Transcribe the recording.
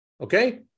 okay